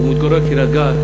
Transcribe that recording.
הוא מתגורר בקריית-גת,